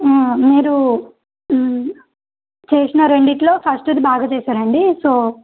మీరు చేసిన రెండింటిలో ఫస్ట్ది బాగా చేసారండి సో